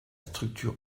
structure